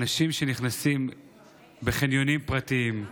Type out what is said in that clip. אנשים נכנסים לחניונים פרטיים,